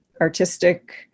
artistic